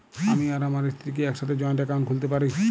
আমি আর আমার স্ত্রী কি একসাথে জয়েন্ট অ্যাকাউন্ট খুলতে পারি?